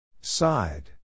Side